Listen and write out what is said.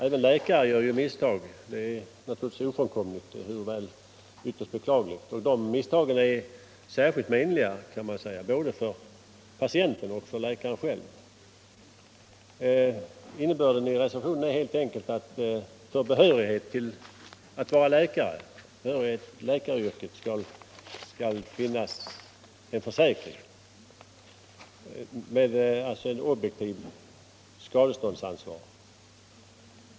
Även läkare gör ju misstag — det är ofrånkomligt, ehuru beklagligt. Dessa misstag är särskilt menliga både för patienten och läkaren själv. Innebörden i reservationen är alltså helt enkelt att för behörighet att utöva läkaryrket skall krävas bl.a. en försäkring med ett objektivt skadeståndsansvar.